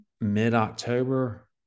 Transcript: mid-October